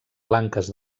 blanques